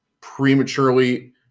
prematurely